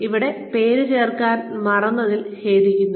ഇവിടെ പേര് ചേർക്കാൻ മറന്നതിൽ ഖേദിക്കുന്നു